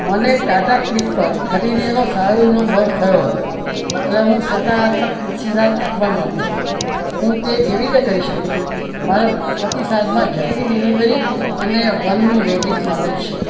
મને ટાટા ક્લિક પર ખરીદીનો સારો અનુભવ થયો હતો અને હું સકારાત્મક પ્રતિસાદ આપવા માગું છું હું તે કેવી રીતે કરી શકું મારા પ્રતિસાદમાં ઝડપી ડિલિવરી અને વનનું રેટિંગ સામેલ છે